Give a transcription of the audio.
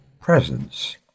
presence